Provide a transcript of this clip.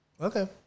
Okay